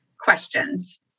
questions